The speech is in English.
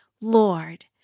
Lord